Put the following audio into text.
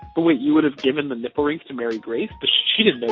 but wait, you would have given the nipple rings to mary grace? but she didn't